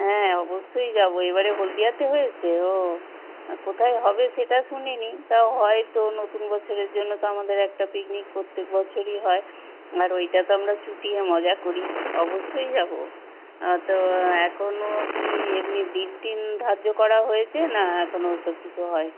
হ্যাঁ অবশ্যই যাবো এবারে হলদিয়াতে হয়েছে ও না কোথায় হবে সেটা শুনিনি তা হয়তো নতুন বছরের জন্য তো আমাদের একটা পিকনিক প্রত্যেক বছরই হয় আর ওইটা তো আমরা চুটিয়ে মজা করি অবশ্যই যাবো তো এখনও কী এমনি দিন টিন ধার্য করা হয়েছে না এখনও ওসব কিচু হয়নি